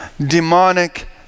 demonic